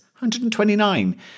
129